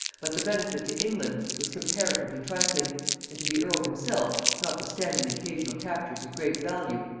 but the benefit to england was comparatively trifling and to the earl himself, notwithstanding occasional captures of great value,